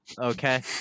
Okay